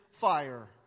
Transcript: fire